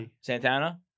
Santana